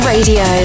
Radio